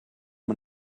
man